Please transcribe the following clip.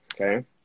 Okay